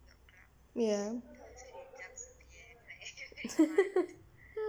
ya